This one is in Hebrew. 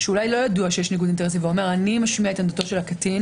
שאולי לא ידוע שיש ניגוד אינטרסים ואומר: אני משמיע עמדת הקטין